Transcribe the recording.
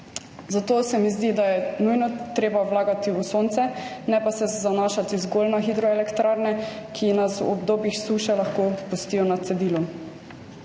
Zato se mi zdi, da je nujno treba vlagati v sonce, ne pa se zanašati zgolj na hidroelektrarne, ki nas v obdobjih suše lahko pustijo na cedilu.